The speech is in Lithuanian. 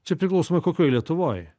čia priklausomai kokioj lietuvoj